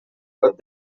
web